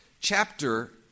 chapter